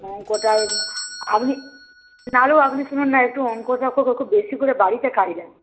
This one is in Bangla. অঙ্কটায় আপনি নাহলেও আপনি শুনুন না একটু অঙ্কটা ওকে বেশি করে বাড়িতে কাজ দেন